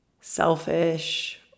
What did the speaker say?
selfish